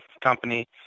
company